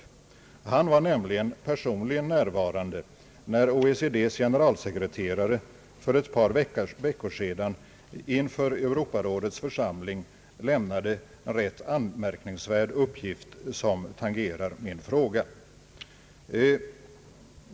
Statsrådet Wickman var nämligen personligen närvarande när OECD:s generalsekreterare för ett par veckor sedan inför Europarådets församling lämnade en rätt anmärkningsvärd uppgift, som tangerar min fråga.